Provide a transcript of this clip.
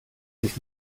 sich